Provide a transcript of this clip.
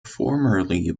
formerly